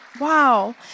wow